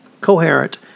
coherent